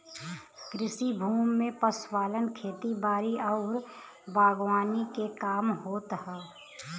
कृषि भूमि में पशुपालन, खेती बारी आउर बागवानी के काम होत हौ